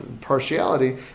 partiality